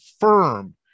firm